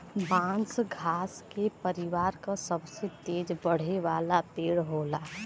बांस घास के परिवार क सबसे तेज बढ़े वाला पेड़ होला